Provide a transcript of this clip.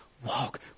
Walk